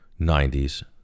90s